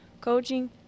coaching